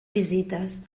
visites